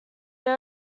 they